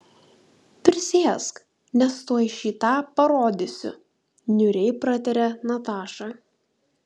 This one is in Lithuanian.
prisėsk nes tuoj šį tą parodysiu niūriai pratarė nataša